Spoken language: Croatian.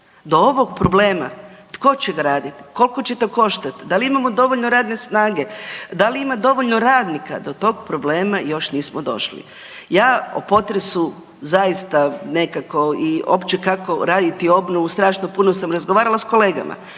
Do ovog problema tko će graditi, koliko će to koštati, da li imamo dovoljno radne snage, da li ima dovoljno radnika, to tog problema još nismo došli. Ja o potresu zaista nekako i opće kako raditi obnovu, strašno puno sam razgovarala s kolegama.